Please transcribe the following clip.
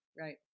Right